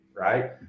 right